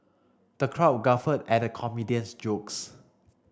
the crowd guffawed at the comedian's jokes